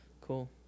Cool